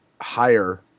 higher